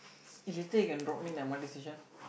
eh later you can drop me in M_R_T station